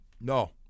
No